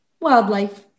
wildlife